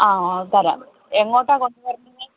അ തരാം എങ്ങോട്ടാണ് കൊണ്ടുവരേണ്ടത്